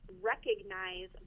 recognize